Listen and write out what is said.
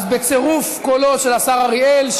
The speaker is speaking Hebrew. אז בצירוף קולו של השר אריאל,